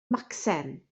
macsen